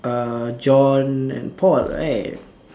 uh John and Paul right